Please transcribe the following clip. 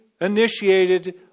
initiated